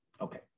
Okay